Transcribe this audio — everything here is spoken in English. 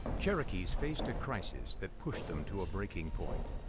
cherokees faced a crisis that pushed them to a breaking point.